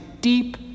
deep